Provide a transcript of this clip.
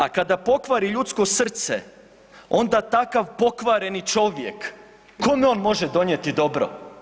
A kada pokvari ljudsko srce onda takav pokvareni čovjek kome on može donijeti dobro?